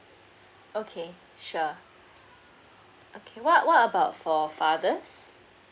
okay sure okay what what about for fathers